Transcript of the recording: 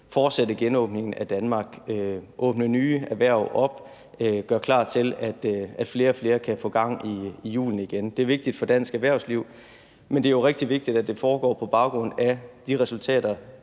fortsætte genåbningen af Danmark, hvordan vi kan åbne nye erhverv op og gøre klar til, at flere og flere kan få gang i hjulene igen. Det er vigtigt for dansk erhvervsliv. Men det er jo rigtig vigtigt, at det foregår på baggrund af de resultater,